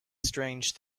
strange